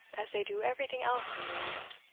as they do everything else in the world.